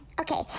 Okay